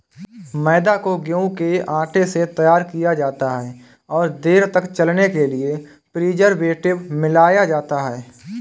मैदा को गेंहूँ के आटे से तैयार किया जाता है और देर तक चलने के लिए प्रीजर्वेटिव मिलाया जाता है